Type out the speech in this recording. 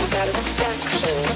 Satisfaction